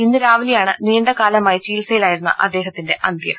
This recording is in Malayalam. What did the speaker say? ഇന്ന് രാവിലെയാണ് നീണ്ടകാലമായി ചികിത്സയിലായി രുന്ന അദ്ദേഹത്തിന്റെ അന്ത്യം